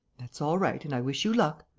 that's all right and i wish you luck,